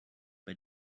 bei